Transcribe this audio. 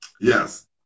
Yes